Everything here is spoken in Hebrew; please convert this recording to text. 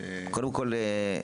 קודם כול,